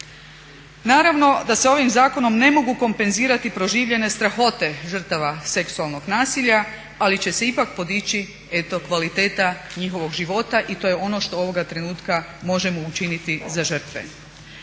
Naravno da se ovim zakonom ne mogu kompenzirati proživljene strahote žrtava seksualnog nasilja ali će se ipak podići eto kvaliteta njihovog života i to je ono što ovoga trenutka možemo učiniti za žrtve.